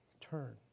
Turn